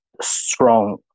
Strong